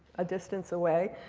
a distance away